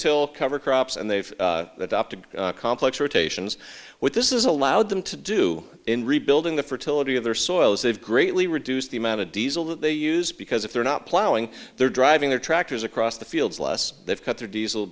till cover crops and they've adopted complex rotations what this is allowed them to do in rebuilding the fertility of their soils they've greatly reduced the amount of diesel that they use because if they're not plowing they're driving their tractors across the fields less they've cut their diesel